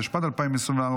התשפ"ד 2024,